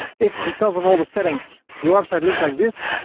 if because of all the settings, your website looks like this,